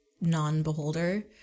non-beholder